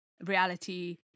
reality